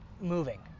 moving